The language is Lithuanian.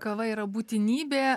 kava yra būtinybė